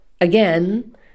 Again